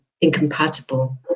incompatible